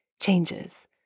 changes